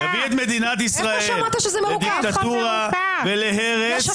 -- יביא את מדינת ישראל לדיקטטורה ולהרס -- איפה שמעת שזה מרוכך?